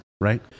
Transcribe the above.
right